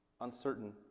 uncertain